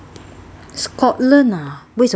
scotland ah 为什么